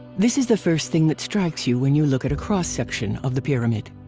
this is the first thing that strikes you when you look at a cross section of the pyramid.